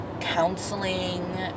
counseling